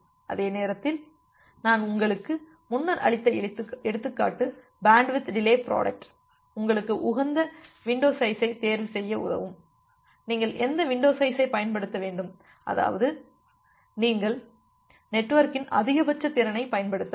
அதே நேரத்தில் நான் உங்களுக்கு முன்னர் அளித்த எடுத்துக்காட்டு பேண்ட்வித் டிலே புரோடக்ட் உங்களுக்கு உகந்த வின்டோ சைஸைத் தேர்வுசெய்ய உதவும் நீங்கள் எந்த வின்டோ சைஸைப் பயன்படுத்த வேண்டும் அதாவது நீங்கள் நெட்வொர்க்கின் அதிகபட்ச திறனைப் பயன்படுத்தலாம்